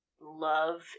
love